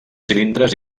cilindres